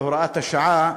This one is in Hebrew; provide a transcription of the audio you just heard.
בהוראת השעה,